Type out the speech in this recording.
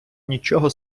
нічого